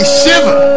shiver